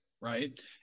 right